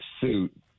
suit